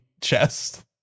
chest